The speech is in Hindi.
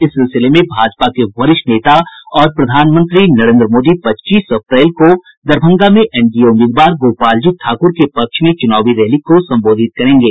इस सिलसिले में भाजपा के वरिष्ठ नेता और प्रधानमंत्री नरेन्द्र मोदी पच्चीस अप्रैल को दरभंगा में एनडीए उम्मीदवार गोपाल जी ठाकुर के पक्ष में चुनावी रैली को संबोधित करेंगे